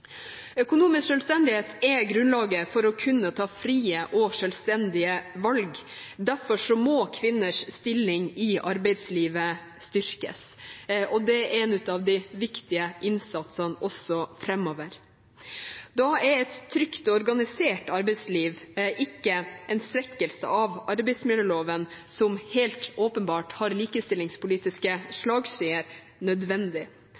Økonomisk selvstendighet er grunnlaget for å kunne ta frie og selvstendige valg. Derfor må kvinners stilling i arbeidslivet styrkes, det er en av de viktigste innsatsene også framover. Da er et trygt og organisert arbeidsliv, ikke en svekkelse av arbeidsmiljøloven, som helt åpenbart har likestillingspolitiske slagsider, nødvendig.